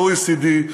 ה-OECD,